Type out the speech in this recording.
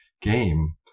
game